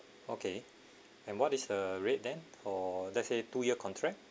okay and what is a rate then or let's say two year contract